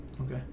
Okay